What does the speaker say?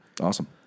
Awesome